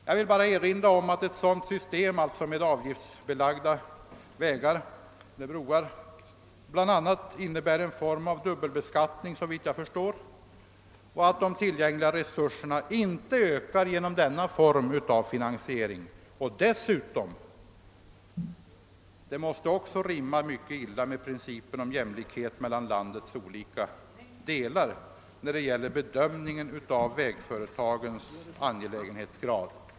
Jag vill bara erinra om att ett sådant system bland annat innebär en form av dubbelbeskattning och att de tillgängliga resurserna inte ökar genom denna form av finansiering. Den rimmar också mycket illa med principen om jämlikhet mellan landets olika delar när det gäller bedömningen av vägföretagens angelägenhetsgrad.